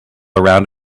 around